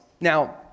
Now